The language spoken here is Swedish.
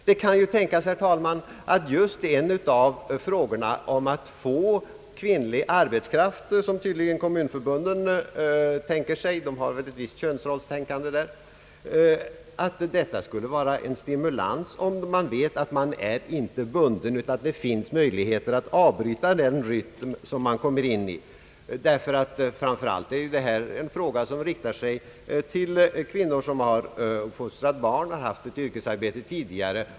Det kan ju tänkas, herr talman, att just en av möjligheterna att få kvinnlig arbetskraft — något som tydligen kommunförbunden tänker sig, de har väl ett visst könsrollstänkande — vore att ge den stimulans det innebär att veta, att man inte är bunden utan har möjligheter att avbryta den rytm som man har kommit in i. Framför allt är ju detta en fråga som gäller kvinnor, som har uppfostrat barn och som har haft ett yrkesarbete tidigare.